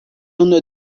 uno